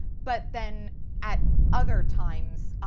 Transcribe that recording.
but then at other times,